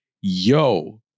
yo